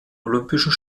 olympischen